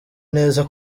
neza